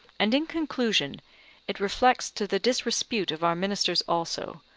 and in conclusion it reflects to the disrepute of our ministers also,